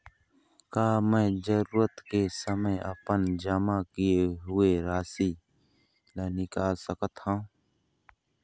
का मैं जरूरत के समय अपन जमा किए हुए राशि ला निकाल सकत हव?